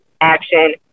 action